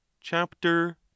chapter